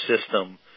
system